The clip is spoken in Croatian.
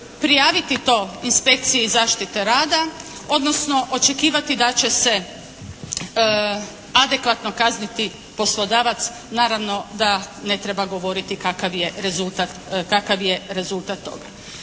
prijaviti to inspekciji zaštite rada odnosno očekivati da će se adekvatno kazniti poslodavac naravno da ne treba govoriti kakav je rezultat toga.